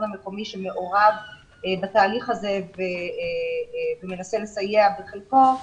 המקומי שמעורב בתהליך הזה ומנסה לסייע בחלקו,